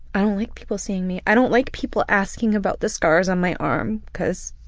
i don't like people seeing me. i don't like people asking about the scars on my arm, cause